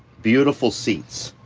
beautiful seats,